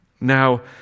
Now